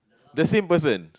the same person